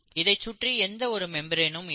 இதைச் சுற்றி எந்த ஒரு மெம்பிரெனும் இல்லை